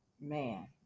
Man